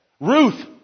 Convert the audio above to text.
Ruth